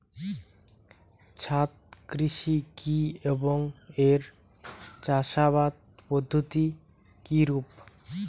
ছাদ কৃষি কী এবং এর চাষাবাদ পদ্ধতি কিরূপ?